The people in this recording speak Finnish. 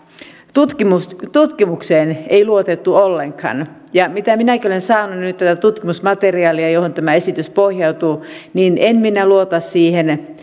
tutkimukseen tutkimukseen ei luotettu ollenkaan ja mitä minäkin olen saanut nyt tutkimusmateriaalia johon tämä esitys pohjautuu niin en minä luota siihen